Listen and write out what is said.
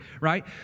right